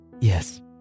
yes